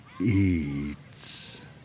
Eats